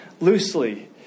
loosely